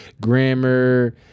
grammar